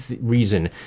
reason